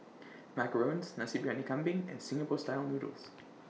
Macarons Nasi Briyani Kambing and Singapore Style Noodles